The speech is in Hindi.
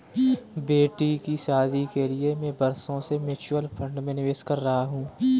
बेटी की शादी के लिए मैं बरसों से म्यूचुअल फंड में निवेश कर रहा हूं